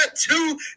two